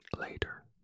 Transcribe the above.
later